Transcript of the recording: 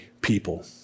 people